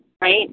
right